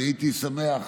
הייתי שמח